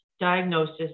diagnosis